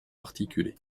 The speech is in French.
articulé